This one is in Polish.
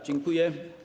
Dziękuję.